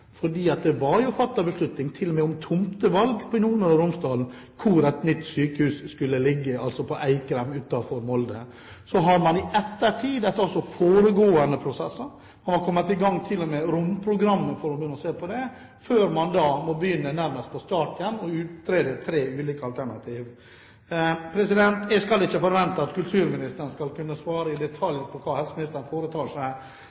Det var jo fattet beslutning, til og med om tomtevalg, hvor i Møre og Romsdal et nytt sykehus skulle ligge, altså på Eikrem utenfor Molde. I foregående prosesser hadde man kommet i gang og til og med begynt å se på romprogrammet. Nå må man nærmest begynne på start igjen med å utrede tre ulike alternativer. Jeg skal ikke forvente at kulturministeren skal kunne svare i detalj på hva helseministeren foretar seg.